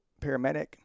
Paramedic